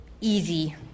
easy